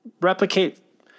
replicate